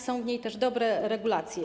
Są w niej też dobre regulacje.